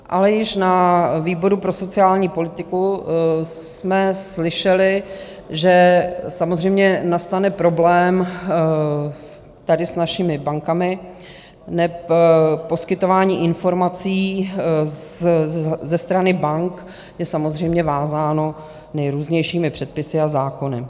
Ale již na výboru pro sociální politiku jsme slyšeli, že samozřejmě nastane problém s našimi bankami, neb poskytování informací ze strany bank je samozřejmě vázáno nejrůznějšími předpisy a zákony.